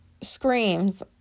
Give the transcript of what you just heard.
screams